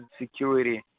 security